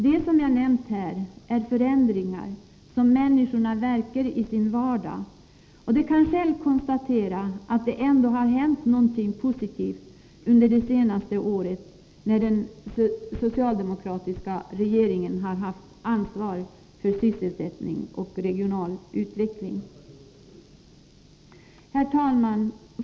Det som jag har nämnt här är förändringar som människorna märker i sin vardag. De kan själva konstatera att det ändå har hänt någonting positivt under det senaste året, när den socialdemokratiska regeringen har haft Herr talman!